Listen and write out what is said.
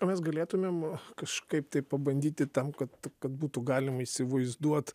ar mes galėtumėm kažkaip tai pabandyti tam kad kad būtų galima įsivaizduot